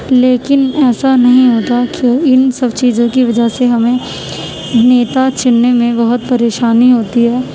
لیکن ایسا نہیں ہوتا کہ ان سب چیزوں کی وجہ سے ہمیں نیتا چننے میں بہت پریشانی ہوتی ہے